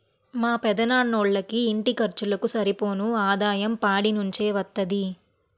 మా పెదనాన్నోళ్ళకి ఇంటి ఖర్చులకు సరిపోను ఆదాయం పాడి నుంచే వత్తది